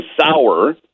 sour